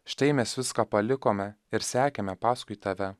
štai mes viską palikome ir sekėme paskui tave